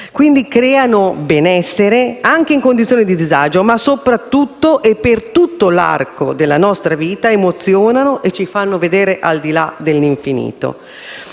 - e creano benessere anche in condizioni di disagio, ma soprattutto e per tutto l'arco della nostra vita emozionano e ci fanno vedere al di là dell'infinito.